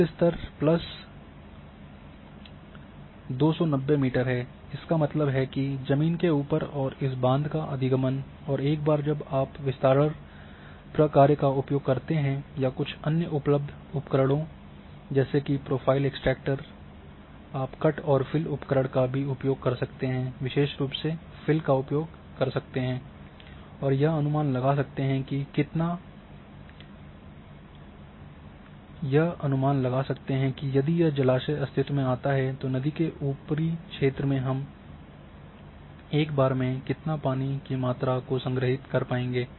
जल स्तर प्लस है 290 मीटर इसका मतलब है कि जमीन के ऊपर और इस बांध का अधिगमन और एक बार जब आप विस्तारण प्रक्रिया का उपयोग करते हैं या कुछ अन्य उपलब्ध उपकरण जैसे कि प्रोफाइल एक्सट्रैक्टर आप कट और फिल उपकरण का भी उपयोग कर सकते हैं विशेष रूप से फिल का उपयोग कर सकते हैं और यह अनुमान लगा सकते कि कितना यदि यह जलाशय अस्तित्व में आता है तो नदी के ऊपरी क्षेत्र में हम एक बार में पानी की कितनी मात्रा को संग्रहित कर पाएँगे